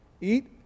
eat